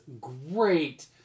great